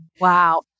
Wow